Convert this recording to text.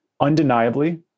undeniably